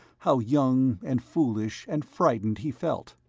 how young and foolish and frightened he felt?